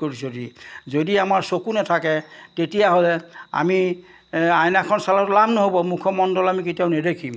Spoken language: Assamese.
কৰি চৰি যদি আমাৰ চকু নেথাকে তেতিয়াহ'লে আমি আইনাখন চালত লাভ নহ'ব মুখমণ্ডল আমি কেতিয়াও নেদেখিম